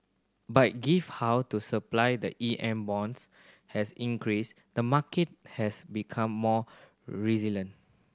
but give how to supply the E M bonds has increased the market has become more resilient